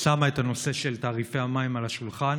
שמה את הנושא של תעריפי המים על השולחן.